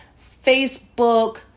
Facebook